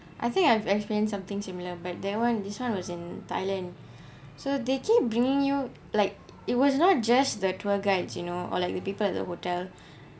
I think I've experienced something similar but that one this one was in thailand so they keep bringing you like it was not just that tour guides you know or like the people at the hotel